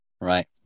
Right